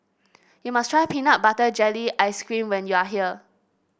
you must try Peanut Butter Jelly Ice cream when you are here